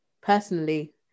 personally